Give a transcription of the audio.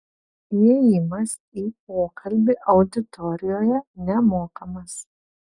įėjimas į pokalbį auditorijoje nemokamas